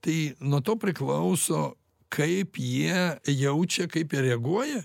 tai nuo to priklauso kaip jie jaučia kaip reaguoja